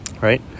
right